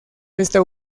esta